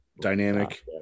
dynamic